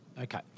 Okay